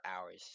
hours